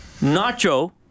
Nacho